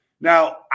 Now